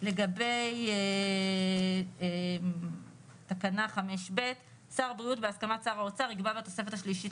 לגבי תקנה 5(ב): שר הבריאות בהסכמת שר האוצר יקבע בתוספת השלישית